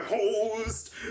host